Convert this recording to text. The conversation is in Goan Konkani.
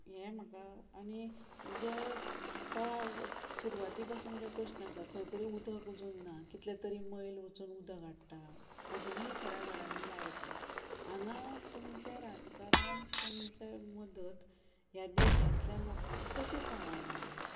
हें म्हाका आनी जे तळाक स सुरवाती पासून जे प्रस्न आसा खंय तरी उदक अजून ना कितले तरी मैल वचून उदक हाडटा अजुनीय थोड्या घरांनी लायट ना हांगां तुमचें राजकरण तुमचे मदत ह्या देशांतल्या लोकांक कशी पावना